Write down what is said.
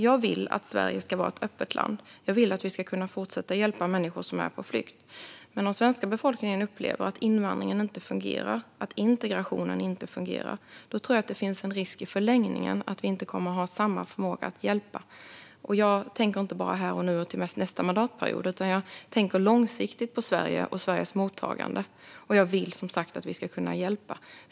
Jag vill att Sverige ska vara ett öppet land. Jag vill att vi ska kunna fortsätta att hjälpa människor som är på flykt. Men om den svenska befolkningen upplever att invandringen och integrationen inte fungerar tror jag att det i förlängningen finns en risk att vi inte kommer att ha samma förmåga att hjälpa. Jag tänker inte bara här och nu och till nästa mandatperiod, utan jag tänker långsiktigt på Sverige och Sveriges mottagande. Jag vill som sagt att vi ska kunna hjälpa.